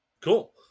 Cool